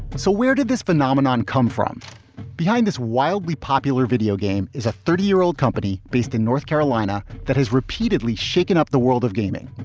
so where did this phenomenon come from behind this wildly popular video game? is a thirty year old company based in north carolina that has repeatedly shaken up the world of gaming.